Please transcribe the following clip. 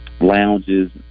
lounges